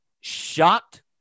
shocked